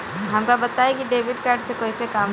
हमका बताई कि डेबिट कार्ड से कईसे काम होला?